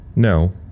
No